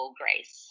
grace